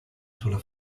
sulla